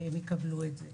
הם יקבלו את זה.